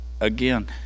again